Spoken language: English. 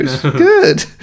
good